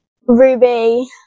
Ruby